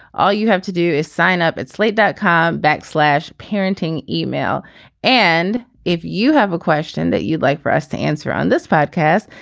all you have to do is sign up at slate dot com backslash parenting email and if you have a question that you'd like for us to answer on this podcast.